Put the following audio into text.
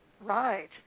Right